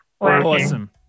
Awesome